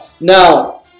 Now